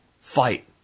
fight